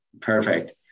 Perfect